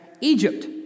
Egypt